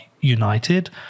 united